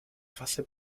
fase